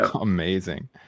amazing